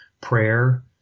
prayer